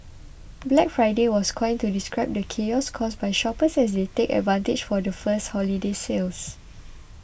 Black Friday was coined to describe the chaos caused by shoppers as they take advantage of the first holiday sales